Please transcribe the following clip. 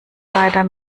leider